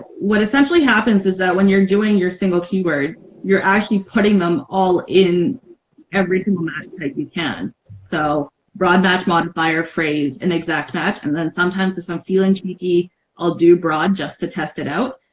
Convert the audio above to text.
what essentially happens is that when you're using your single keyword you're actually putting them all in every single match type you can so broad match modifier, phrase and exact match and then sometimes if i'm feeling cheeky i'll do broad just to test it out.